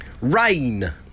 Rain